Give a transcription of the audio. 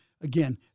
again